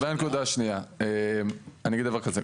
לגבי הנקודה השנייה, אני אגיד דבר כזה.